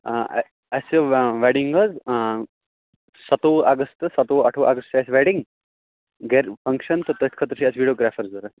آ اَ اَسہِ ویڈِنٛگ حظ آ سَتوُہ اَگَستہٕ سَتوُہ اَٹھووُہ اَگست چھِ اَسہِ ویڈِنٛگ گَرِ فَنٛگشَن تہٕ تٔتھۍ خٲطرٕ چھِ اَسہِ ویٖڈیوگرٛافَر ضروٗرت